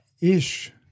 Ish